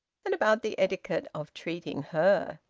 and about the etiquette of treating her,